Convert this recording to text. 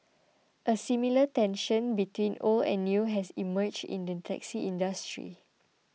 a similar tension between old and new has emerged in the taxi industry